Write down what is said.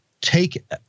take